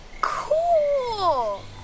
Cool